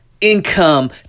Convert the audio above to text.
income